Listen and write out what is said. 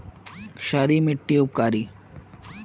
क्षारी मिट्टी उपकारी?